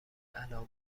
الان